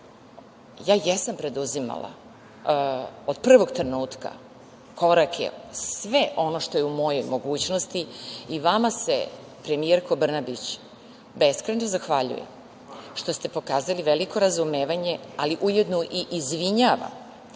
sam preduzimala od prvog trenutka korake, sve ono što je u mojoj mogućnosti i vama se premijerko Brnabić beskrajno zahvaljujem što ste pokazali veliko razumevanje, ali ujedno i izvinjavam